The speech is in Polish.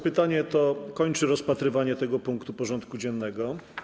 Pytanie to kończy rozpatrywanie tego punktu porządku dziennego.